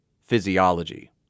physiology